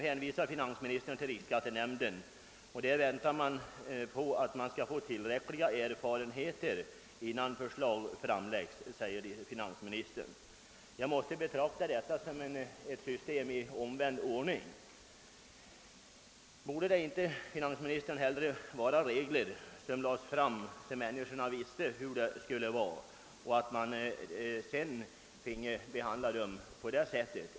Finansministern hänvisar till riksskattenämnden och säger att man där väntar på att få tillräckliga erfarenheter innan förslag framläggs. Jag måste betrakta detta som ett system i bakvänd ordning. Herr finansminister, borde inte hellre anvisningar först läggas fram så att människor visste vad de hade att rätta sig efter och riksskattenämnden därefter följa upp ärendena?